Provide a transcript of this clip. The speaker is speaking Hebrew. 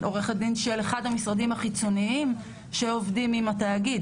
היא עוה"ד של אחד המשרדים החיצוניים שעובדים עם התאגיד.